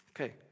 Okay